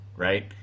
right